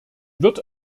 wird